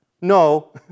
No